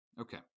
Okay